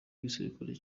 igisirikare